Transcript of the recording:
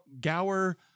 Gower